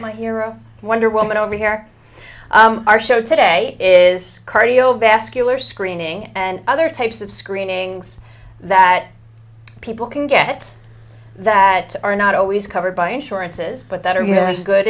my hero wonder woman over here our show today is cardiovascular screening and other types of screenings that people can get that are not always covered by insurance is but that